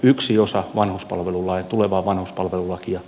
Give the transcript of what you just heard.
yksi osa tulevaa vanhuspalvelulakia